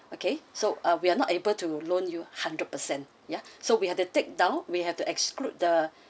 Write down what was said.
okay so uh we are not able to loan you hundred percent ya so we have to take down we have to exclude the